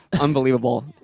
Unbelievable